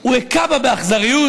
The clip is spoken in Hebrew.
הוא היכה בה באכזריות.